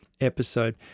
episode